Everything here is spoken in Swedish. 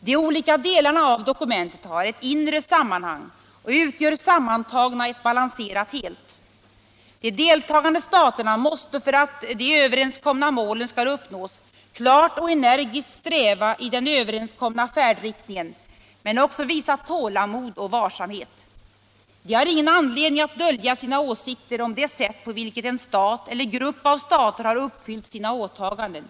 De olika delarna av dokumentet har ett inre sammanhang och utgör sammantagna ett balanserat helt. De deltagande staterna måste för att de överenskomna målen skall uppnås klart och energiskt sträva i den överenskomna färdriktningen men också visa tålamod och varsamhet. De har ingen anledning att dölja sina åsikter om det sätt på vilket en stat eller grupp av stater har uppfyllt sina åtaganden.